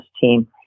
team